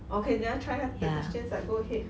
okay 等一下 try 他的 questions ya go ahead